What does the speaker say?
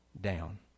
down